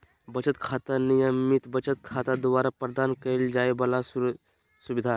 बचत खाता, नियमित बचत खाता द्वारा प्रदान करल जाइ वाला सब सुविधा हइ